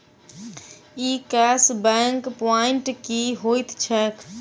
ई cash back point की होइत छैक?